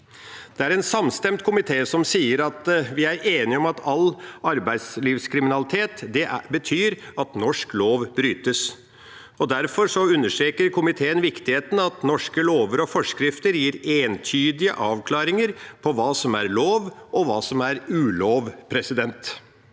Det er en samstemt komité som sier at vi er enige om at all arbeidslivskriminalitet betyr at norsk lov brytes. Derfor understreker komiteen viktigheten av at norske lover og forskrifter gir entydige avklaringer av hva som er lov, og hva som er ulov. Det